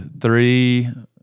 Three